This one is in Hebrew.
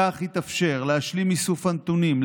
כך יתאפשר להשלים את איסוף הנתונים,